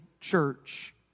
church